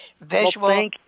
Visual